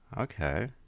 Okay